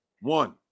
One